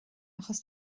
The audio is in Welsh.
achos